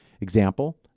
Example